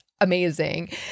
amazing